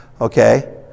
okay